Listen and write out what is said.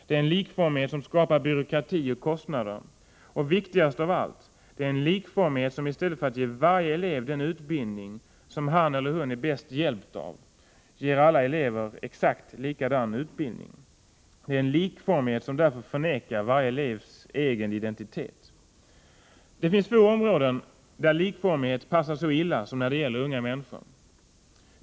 Det är en likformighet som skapar byråkrati och kostnader. Och det är — viktigast av allt — en likformighet som i stället för att ge varje elev den utbildning som han eller hon är bäst hjälpt av ger alla elever exakt samma utbildning. Det är därför en likformighet som förnekar varje elevs identitet. Det finns få områden där likformighet passar så illa som när det gäller unga människor.